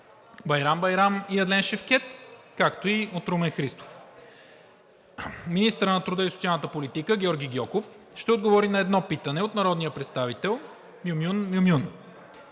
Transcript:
Байрам Байрам и Адлен Шевкед; както и от Румен Христов. Министърът на труда и социалната политика Георги Гьоков ще отговори на едно питане от народния представител Мюмюн Мюмюн.